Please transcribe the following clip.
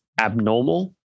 abnormal